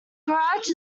garage